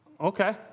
okay